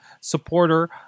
supporter